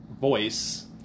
voice